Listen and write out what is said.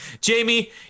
Jamie